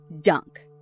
dunk